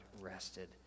rested